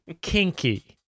Kinky